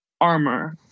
armor